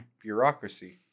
bureaucracy